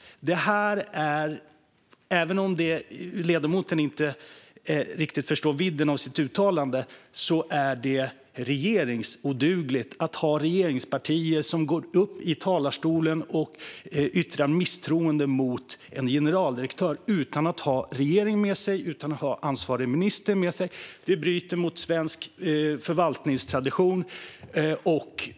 Även om ledamoten inte riktigt förstår vidden av sitt uttalande är det regeringsodugligt att ha regeringspartier som går upp i talarstolen och yttrar misstroende mot en generaldirektör utan att ha regeringen och ansvarig minister med sig. Det bryter mot svensk förvaltningstradition.